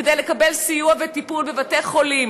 כדי לקבל סיוע וטיפול בבתי-חולים.